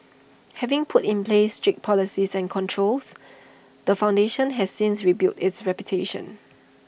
having put in place strict policies and controls the foundation has since rebuilt its reputation